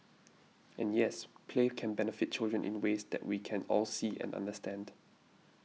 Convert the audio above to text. and yes play can benefit children in ways that we can all see and understand